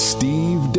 Steve